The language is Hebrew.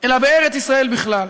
אלא בארץ ישראל בכלל,